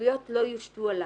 העלויות לא יושתו עליו.